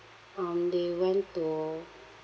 um they went to